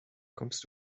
kommst